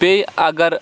بیٚیہِ اگر